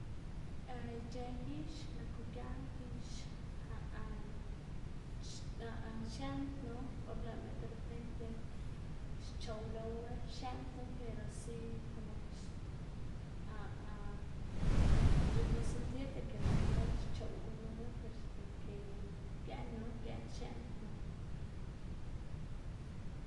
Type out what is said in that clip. ic̲h̲ë gix naku giaꞌ gix xieꞌndnu or lëꞌma de repente xchoꞌw lowu xieꞌndnu pero si komo ke c̲h̲uꞌnnu sentír de ke lëꞌma xchoꞌw gunuwu per de ke gieꞌnnu xieꞌndnu